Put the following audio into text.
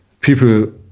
people